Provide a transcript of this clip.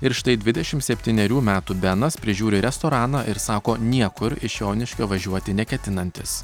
ir štai dvidešimt septynerių metų benas prižiūri restoraną ir sako niekur iš joniškio važiuoti neketinantis